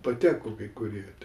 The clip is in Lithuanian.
pateko kai kurie